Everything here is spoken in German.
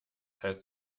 heißt